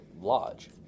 lodge